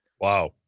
Wow